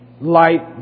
light